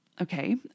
Okay